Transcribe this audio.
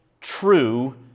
true